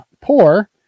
poor